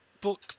book